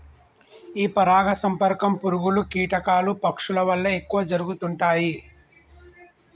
ఈ పరాగ సంపర్కం పురుగులు, కీటకాలు, పక్షుల వల్ల ఎక్కువ జరుగుతుంటాయి